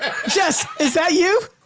jess, is that you?